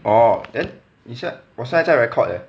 orh then 你现在我现在 record leh